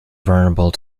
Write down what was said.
vulnerable